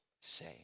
say